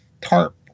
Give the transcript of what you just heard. tarp